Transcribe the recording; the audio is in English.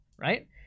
right